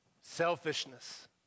selfishness